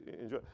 enjoy